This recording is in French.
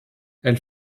elle